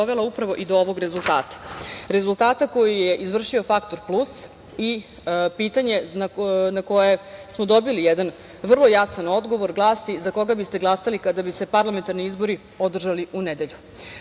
upravo i do ovog rezultata, rezultata koji je izvršio "Faktor plus" i pitanje na koje smo dobili jedan vrlo jasan odgovor glasi – za koga biste glasali kada bi se parlamentarni izbori održali u nedelju? Dakle,